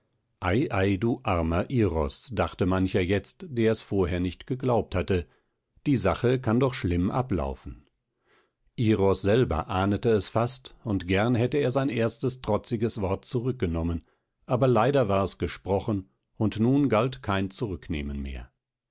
du armer iros dachte mancher jetzt der es vorher nicht geglaubt hatte die sache kann doch schlimm ablaufen iros selber ahnete es fast und gern hatte er sein erstes trotziges wort zurückgenommen aber leider war es gesprochen und nun galt kein zurücknehmen mehr